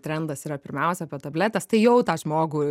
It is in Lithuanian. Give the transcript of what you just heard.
trendas yra pirmiausia apie tabletes tai jau tą žmogų